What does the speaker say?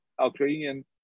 Ukrainian